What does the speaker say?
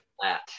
flat